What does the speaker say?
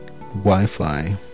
Wi-Fi